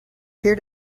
peer